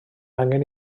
angen